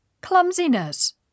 Clumsiness